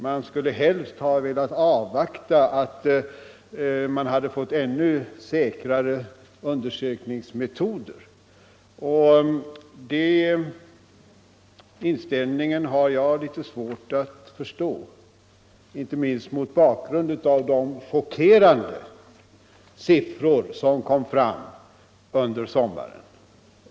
Man skulle helst ha velat avvakta tillkomsten av ännu säkrare undersökningsmetoder. Den inställningen har jag litet svårt att förstå, inte minst mot bakgrund av de chockerande siffror som kom fram under sommaren.